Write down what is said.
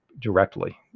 directly